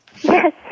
Yes